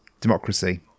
democracy